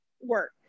work